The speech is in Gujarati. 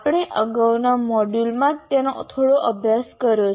આપણે અગાઉના મોડ્યુલમાં તેનો થોડો અભ્યાસ કર્યો છે